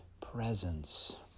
presence